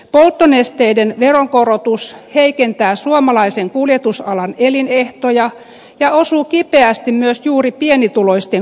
polttonesteiden veronkorotus heikentää suomalaisen kuljetusalan elinehtoja ja osuu kipeästi myös juuri pienituloisten kukkaroon